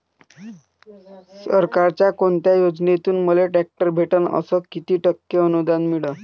सरकारच्या कोनत्या योजनेतून मले ट्रॅक्टर भेटन अस किती टक्के अनुदान मिळन?